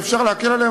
אפשר להקל עליהם,